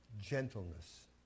gentleness